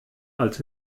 als